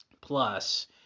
Plus